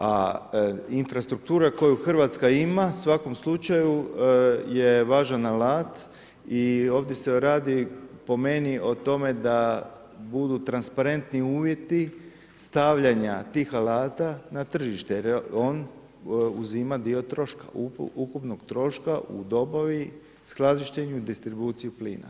A infrastruktura koju Hrvatska ima u svakom slučaju je važan alat i ovdje se radi po meni o tome da budu transparentni uvjeti stavljanja tih alata na tržište jer on uzima dio troška, ukupnog troška u dobavi, skladištenju i distribuciju plina.